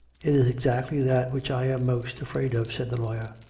it is exactly that which i am most afraid of, said the lawyer.